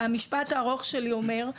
המשפט הארוך שלי אומר,